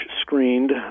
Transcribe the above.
screened